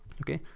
okay.